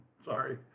Sorry